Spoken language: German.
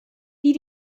die